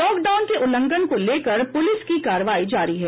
lock down के उल्लंघन को लेकर पुलिस की कार्रवाई जारी है